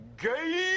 Gay